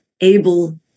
able